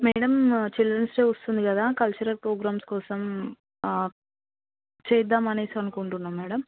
madam children's day వస్తుంది కదా cultural programmes కోసం చేద్దాం అని అనుకుంటున్నాం మేడం